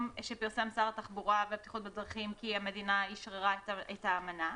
שפרסם שר התחבורה והבטיחות בדרכים כי המדינה אשררה את האמנה,